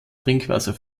trinkwasser